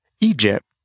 Egypt